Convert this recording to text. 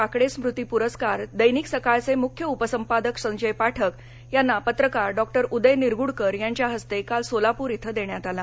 काकडे स्मृती प्रस्कार दैनिक सकाळचे मुख्य उपसंपादक संजय पाठक यांना पत्रकार डॉक्टर उदय निरगुडकर यांच्या हस्ते काल सोलापूर इथं देण्यात आला